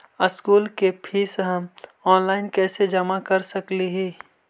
School के fees हम online कैसे जमा कर सक हिय?